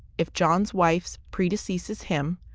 if john's wife predeceases him,